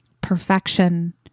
perfection